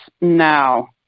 now